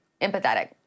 empathetic